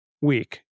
week